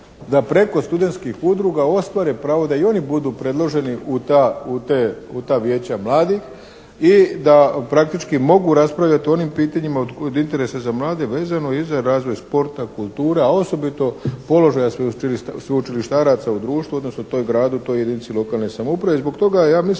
da preko studentskih udruga ostvare pravo da i oni budu predloženi u ta, u te, u ta vijeća mladih i da praktički mogu raspravljati o onim pitanjima od interesa za mlade vezano i za razvoj sporta, kulture a osobito položaja sveučilištaraca u društvu odnosno u tom gradu, toj jedinici lokalne samouprave. I zbog toga ja mislim